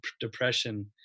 depression